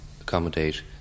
accommodate